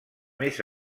més